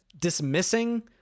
dismissing